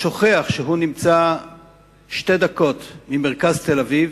שוכח שהוא נמצא שתי דקות ממרכז תל-אביב.